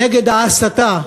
נגד ההסתה.